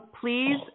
Please